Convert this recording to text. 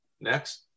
Next